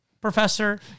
professor